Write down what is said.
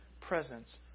presence